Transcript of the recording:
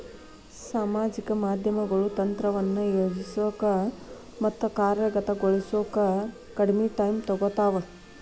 ಸಾಮಾಜಿಕ ಮಾಧ್ಯಮಗಳು ತಂತ್ರವನ್ನ ಯೋಜಿಸೋಕ ಮತ್ತ ಕಾರ್ಯಗತಗೊಳಿಸೋಕ ಕಡ್ಮಿ ಟೈಮ್ ತೊಗೊತಾವ